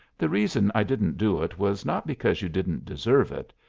the reason i didn't do it was not because you didn't deserve it,